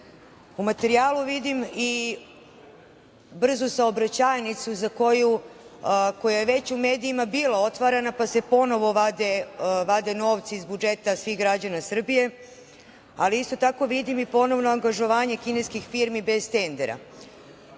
materijalu vidim i brzu saobraćajnicu koja je već u medijima bila otvarana, pa se ponovo vade novci iz budžeta svih građana Srbije, ali isto tako vidim ponovno angažovanje kineskih firmi bez tendera.